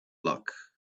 luck